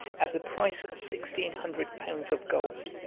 at the price of sixteen hundred pounds of gold,